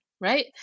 right